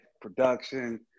production